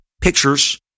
pictures